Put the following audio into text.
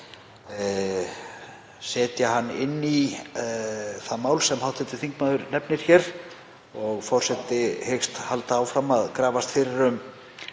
setja hann inn í það mál sem hv. þingmaður nefnir hér. Forseti hyggst halda áfram að grafast fyrir um